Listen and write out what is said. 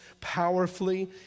powerfully